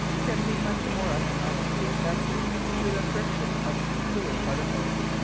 can be much more economically effected through the friction of fluid particles.